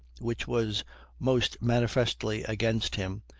which was most manifestly against him,